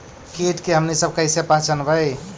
किट के हमनी सब कईसे पहचनबई?